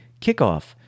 kickoff